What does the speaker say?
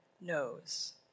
knows